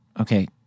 Okay